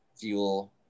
fuel